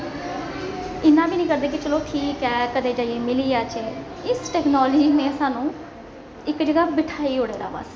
इन्ना बी नेईं करदे कि चलो ठीक ऐ कदें जाइये मिली आचै इस टैक्नालिजी ने सानूं इक जगह बिठाई ओड़े दा बस